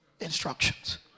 instructions